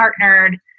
partnered